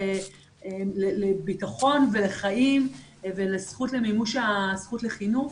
לביטחון ולחיים וזכות למימוש הזכות לחינוך.